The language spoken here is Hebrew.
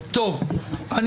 טוב,